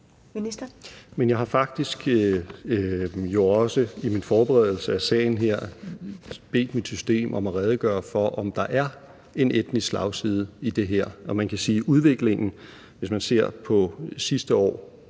af sagen her bedt mit system om at redegøre for, om der er en etnisk slagside i det her. Hvis man ser på sidste år,